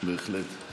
בהחלט.